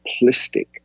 simplistic